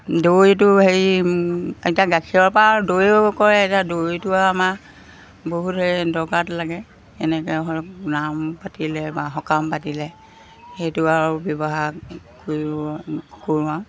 দৈটো হেৰি এতিয়া গাখীৰৰপৰা আৰু দৈও কৰে এতিয়া দৈটো আৰু আমাৰ বহুত সেই দৰকাৰত লাগে এনেকৈ হ'লে নাম পাতিলে বা সকাম পাতিলে সেইটো আৰু ব্যৱহাৰ কৰি কৰোঁ আৰু